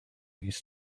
mis